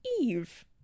eve